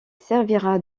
servira